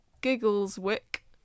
Giggleswick